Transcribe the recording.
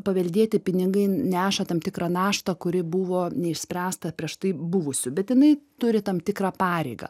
paveldėti pinigai neša tam tikrą naštą kuri buvo neišspręsta prieš tai buvusių bet jinai turi tam tikrą pareigą